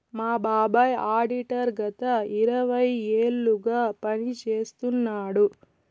మా బాబాయ్ ఆడిటర్ గత ఇరవై ఏళ్లుగా పని చేస్తున్నాడు